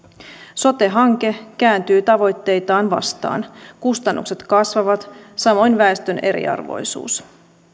sote hanke kääntyy tavoitteitaan vastaan kustannukset kasvavat samoin väestön eriarvoisuus